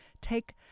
take